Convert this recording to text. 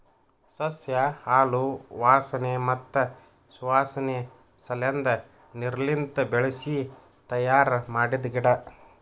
ಸಸ್ಯ ಹಾಲು ವಾಸನೆ ಮತ್ತ್ ಸುವಾಸನೆ ಸಲೆಂದ್ ನೀರ್ಲಿಂತ ಬೆಳಿಸಿ ತಯ್ಯಾರ ಮಾಡಿದ್ದ ಗಿಡ